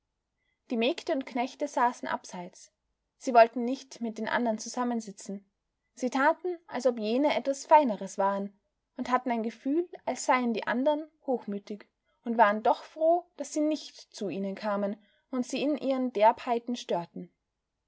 die mägde und knechte saßen abseits sie wollten nicht mit den andern zusammensitzen sie taten als ob jene etwas feineres waren und hatten ein gefühl als seien die andern hochmütig und waren doch froh daß sie nicht zu ihnen kamen und sie in ihren derbheiten störten